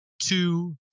two